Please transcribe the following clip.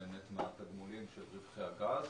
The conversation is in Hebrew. מהתגמולים של רווחי הגז.